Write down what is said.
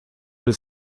del